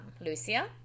Lucia